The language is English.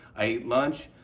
i eat lunch,